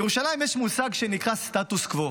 בירושלים יש מושג שנקרא סטטוס קוו.